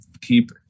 keep